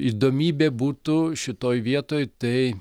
įdomybė būtų šitoj vietoj tai